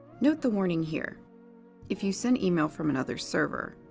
note the warning here if you send email from another server,